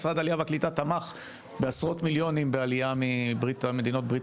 משרד העלייה והקליטה תמך בעשרות מיליונים בעלייה ממדינות ברית